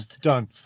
done